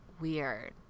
weird